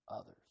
others